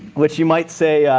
which you might say,